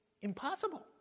impossible